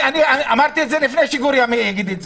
אמרתי לפני שגור הסביר את זה,